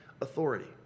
authority